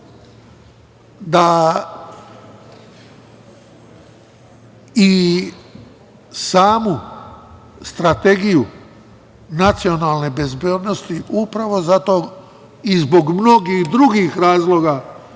da i samu Strategiju nacionalne bezbednosti upravo zato i zbog mnogih drugih razloga